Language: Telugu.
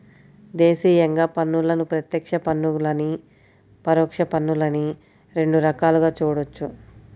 దేశీయంగా పన్నులను ప్రత్యక్ష పన్నులనీ, పరోక్ష పన్నులనీ రెండు రకాలుగా చూడొచ్చు